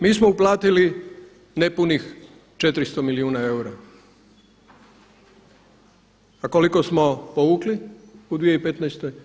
Mi smo uplatili nepunih 400 milijuna eura a koliko smo povukli u 2015.